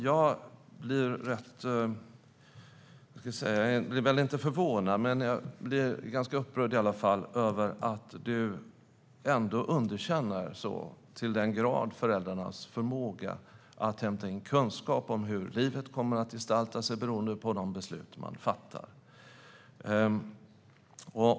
Jag blir inte förvånad, men jag blir i alla fall ganska upprörd över att du så till den grad underkänner föräldrarnas förmåga att hämta in kunskap om hur livet kommer att gestalta sig beroende på de beslut de fattar.